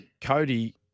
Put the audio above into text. Cody